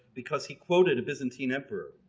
because he quoted a byzantine emperor,